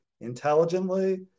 intelligently